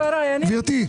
גברתי,